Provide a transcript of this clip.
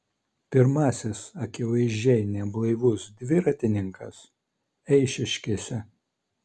pirmasis akivaizdžiai neblaivus dviratininkas eišiškėse